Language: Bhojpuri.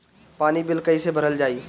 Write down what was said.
पानी बिल कइसे भरल जाई?